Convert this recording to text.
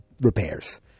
Repairs